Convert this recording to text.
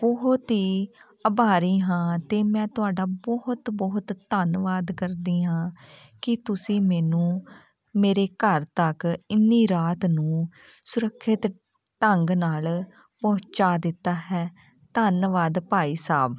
ਬਹੁਤ ਹੀ ਆਭਾਰੀ ਹਾਂ ਅਤੇ ਮੈਂ ਤੁਹਾਡਾ ਬਹੁਤ ਬਹੁਤ ਧੰਨਵਾਦ ਕਰਦੀ ਹਾਂ ਕਿ ਤੁਸੀਂ ਮੈਨੂੰ ਮੇਰੇ ਘਰ ਤੱਕ ਇੰਨੀ ਰਾਤ ਨੂੰ ਸੁਰੱਖਿਅਤ ਢੰਗ ਨਾਲ ਪਹੁੰਚਾ ਦਿੱਤਾ ਹੈ ਧੰਨਵਾਦ ਭਾਈ ਸਾਹਿਬ